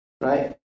right